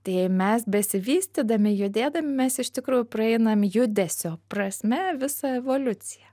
tai mes besivystydami judėdami mes iš tikrųjų praeinam judesio prasme visą evoliuciją